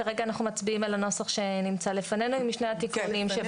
כרגע אנחנו מצביעים על הנוסח שנמצא לפנינו עם שני התיקונים.